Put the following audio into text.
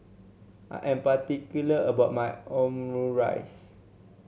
I am particular about my Omurice